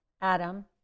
Adam